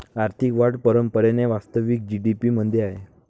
आर्थिक वाढ परंपरेने वास्तविक जी.डी.पी मध्ये आहे